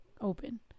open